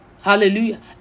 Hallelujah